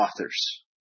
authors